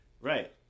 Right